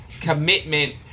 commitment